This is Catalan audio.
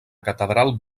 catedral